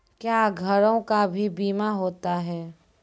क्या घरों का भी बीमा होता हैं?